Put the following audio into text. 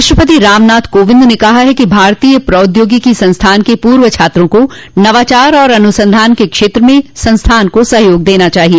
राष्ट्रपति रामनाथ कोविंद ने कहा है कि भारतीय प्रौद्योगिकी संस्थान के पूर्व छात्रों को नवाचार आर अनुसंधान के क्षेत्र में संस्थान को सहयोग देना चाहिए